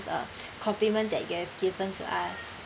uh compliment that you have given to us